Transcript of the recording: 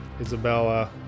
Isabella